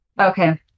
Okay